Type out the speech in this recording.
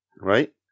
right